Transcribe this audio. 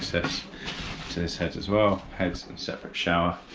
access to this heads as well, heads and separate shower,